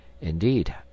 indeed